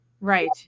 Right